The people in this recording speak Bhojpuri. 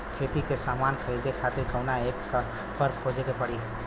खेती के समान खरीदे खातिर कवना ऐपपर खोजे के पड़ी?